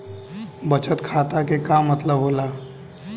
बचत खाता के का मतलब होला?